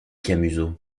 camusot